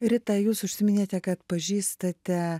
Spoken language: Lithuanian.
rita jūs užsiminėte kad pažįstate